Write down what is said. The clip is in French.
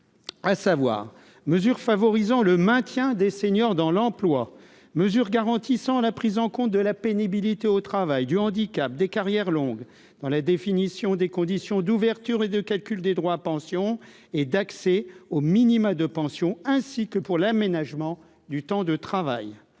à savoir mesures favorisant le maintien des seniors dans l'emploi mesures garantissant la prise en compte de la pénibilité au travail du handicap des carrières longues dans la définition des conditions d'ouverture et de calcul des droits à pension et d'accès aux minima de pension ainsi que pour l'aménagement du temps de travail,